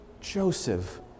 Joseph